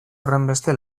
horrenbeste